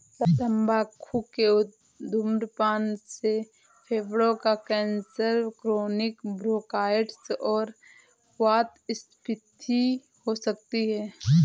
तंबाकू के धूम्रपान से फेफड़ों का कैंसर, क्रोनिक ब्रोंकाइटिस और वातस्फीति हो सकती है